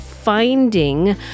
finding